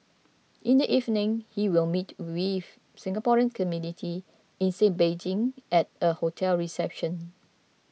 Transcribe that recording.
in the evening he will meet with Singaporean community in sit Beijing at a hotel reception